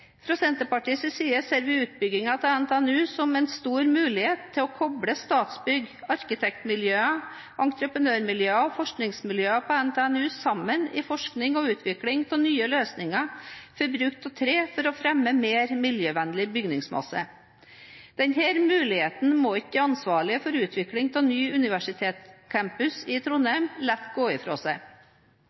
Fra Senterpartiets side ser vi utbyggingen av NTNU som en stor mulighet til å koble Statsbygg, arkitektmiljøene, entreprenørmiljøene og forskningsmiljøene på NTNU sammen i forskning og utvikling av nye løsninger for bruk av tre for å fremme en mer miljøvennlig bygningsmasse. Denne muligheten må ikke de ansvarlige for utvikling av ny universitetscampus i Trondheim la gå fra seg.